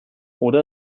oder